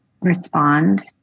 respond